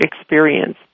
experience